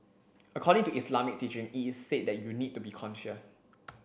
according to Islamic teaching it is said that you need to be conscious